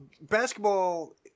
basketball